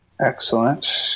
Excellent